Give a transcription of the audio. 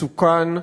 מסוכן,